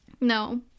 No